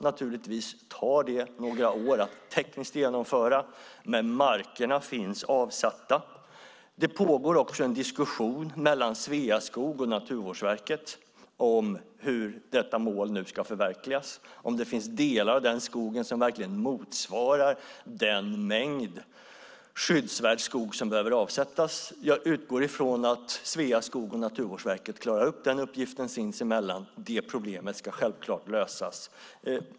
Naturligtvis tar det några år att tekniskt genomföra det, men markerna finns avsatta. Det pågår en diskussion mellan Sveaskog och Naturvårdsverket om hur målet ska förverkligas, om delar av den här skogen verkligen motsvarar den mängd skyddsvärd skog som behöver avsättas. Jag utgår från att Sveaskog och Naturvårdsverket sinsemellan klarar ut den uppgiften. Det problemet ska självklart lösas.